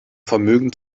vermögen